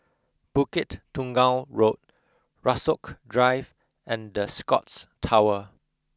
Bukit Tunggal Road Rasok Drive and the Scotts Tower